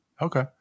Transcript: Okay